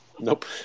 Nope